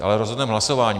Ale rozhodneme hlasováním.